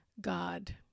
God